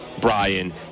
Brian